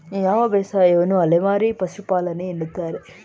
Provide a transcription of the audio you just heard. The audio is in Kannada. ಯಾವ ಬೇಸಾಯವನ್ನು ಅಲೆಮಾರಿ ಪಶುಪಾಲನೆ ಎನ್ನುತ್ತಾರೆ?